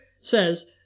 says